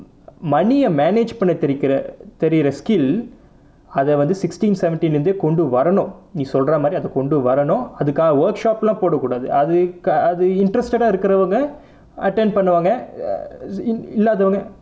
money யை:yai manage பண்ண தெரிகிற தெரிற:panna therikira therira skill அதை வந்து:athai vanthu sixteen seventeen leh இருந்து கொண்டு வரனும் நீ சொல்ற மாதிரி அதை கொண்டு வரனும் அதுகாக:irunthu kondu varanum nee solra maathiri athai kondu varanum athukaaga workshop லாம் போட கூடாது அது அது:laam poda koodathu athu athu interested ah இருக்குறவங்க:irukkuravanga attend பண்ணுவாங்க இல்லாதவங்க:pannuvaanga illaatavanga